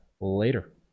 Later